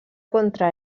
contra